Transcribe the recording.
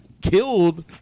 killed